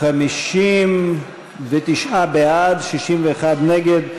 59 בעד, 61 נגד.